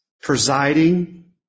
presiding